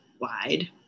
wide